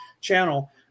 channel